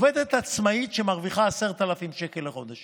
שמרוויחה 10,000 שקל לחודש